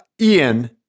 Ian